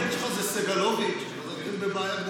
אם הסרגל שלך זה סגלוביץ' אז אתם בבעיה גדולה.